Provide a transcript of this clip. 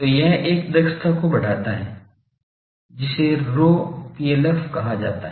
तो यह एक दक्षता को बढ़ाता है जिसे rho PLF कहा जाता है